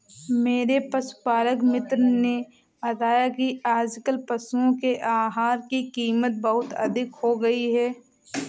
मेरे पशुपालक मित्र ने बताया कि आजकल पशुओं के आहार की कीमत बहुत अधिक हो गई है